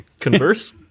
Converse